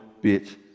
bit